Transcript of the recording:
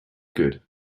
good